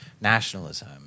nationalism